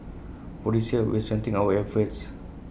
for this year we're strengthening our efforts